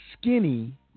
skinny